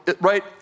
right